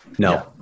No